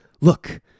Look